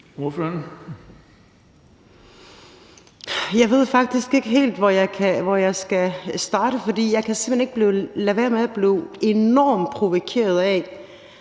(SF): Jeg ved faktisk ikke helt, hvor jeg skal starte, for jeg kan simpelt hen ikke lade være med at blive enormt provokeret af,